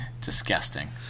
Disgusting